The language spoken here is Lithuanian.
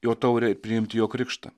jo taurę priimti jo krikštą